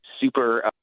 super